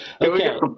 Okay